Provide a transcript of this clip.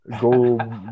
go